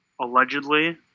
allegedly